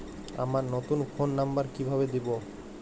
আমার নতুন phone number কিভাবে দিবো?